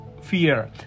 fear